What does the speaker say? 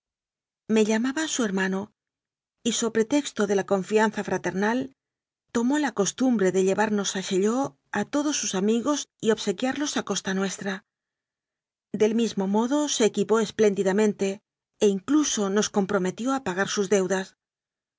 me llamaba su her mano y so pretexto de la confianza fraternal tomó la costumbre de llevamos a chaillot a todos sus amigos y obsequiarlos a costa nuestra del mismo modo se equipó espléndidamente e incluso nos comprometió a pagar sus deudas